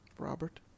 Robert